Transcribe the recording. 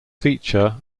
feature